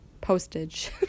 postage